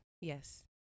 Yes